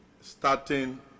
starting